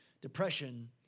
Depression